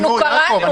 אנחנו קראנו.